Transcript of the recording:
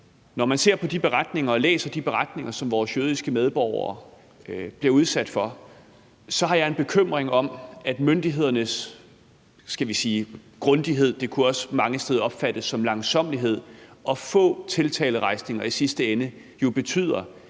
og læser de beretninger om, hvad vores jødiske medborgere bliver udsat for, så har jeg en bekymring om, at myndighedernes grundighed – det kunne også mange steder opfattes som langsommelighed – og de få tiltalerejsninger jo i sidste ende betyder,